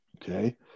Okay